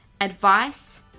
advice